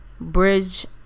bridge